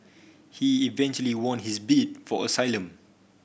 he eventually won his bid for asylum